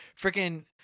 freaking